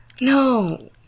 No